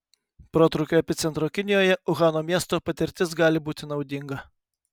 protrūkio epicentro kinijoje uhano miesto patirtis gali būti naudinga